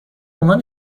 عنوان